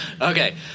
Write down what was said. Okay